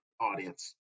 audience